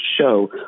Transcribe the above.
show